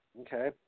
Okay